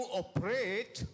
operate